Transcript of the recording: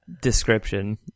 description